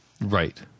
Right